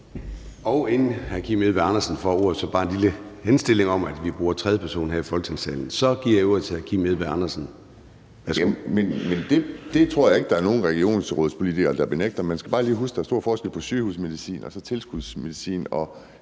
Inden hr. Kim Edberg Andersen får ordet, har jeg bare en lille henstilling om, at vi bruger tredje person her i Folketingssalen. Så giver jeg ordet til hr. Kim Edberg Andersen. Værsgo. Kl. 11:19 Kim Edberg Andersen (NB): Men det tror jeg ikke der er nogen regionsrådspolitikere der benægter. Man skal bare lige huske, at der er stor forskel på sygehusmedicin og så tilskudsmedicin,